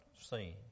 seen